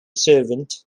servant